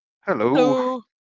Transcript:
Hello